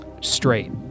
straight